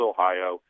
Ohio